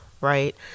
right